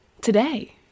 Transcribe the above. today